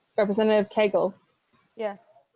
representative cable yes.